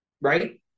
right